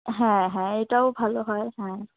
হ্যাঁ হ্যাঁ এটাও ভালো হয় হ্যাঁ